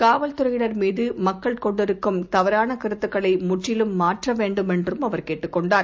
காவல்துறையினர்மீதுமக்கள்கொண்டிருக்கும்தவறானகருத்துக்களைமுற்றிலும்மா ற்றவேண்டுமென்றும்அவர்கேட்டுக்கொண்டார்